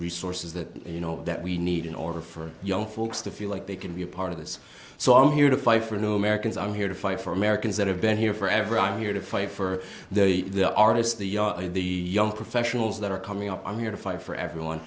resources that you know that we need in order for young folks to feel like they can be a part of this so i'm here to fight for new americans i'm here to fight for americans that have been here forever i'm here to fight for the the artists the yarra the young professionals that are coming up i'm here to fight for everyone